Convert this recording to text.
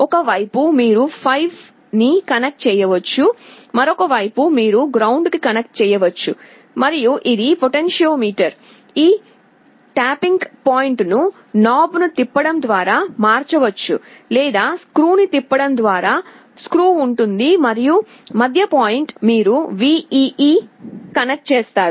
ఒక వైపు మీరు 5 విని కనెక్ట్ చేయవచ్చు మరొక వైపు మీరు గ్రౌండ్ కనెక్ట్ చేయవచ్చు మరియు ఇది పొటెన్షియోమీటర్ ఈ ట్యాపింగ్ పాయింట్ను నాబ్ను తిప్పడం ద్వారా మార్చవచ్చు లేదా స్క్రూను తిప్పడం ద్వారా స్క్రూ ఉంటుంది మరియు మధ్య పాయింట్ మీరు VEE కి కనెక్ట్ చేస్తారు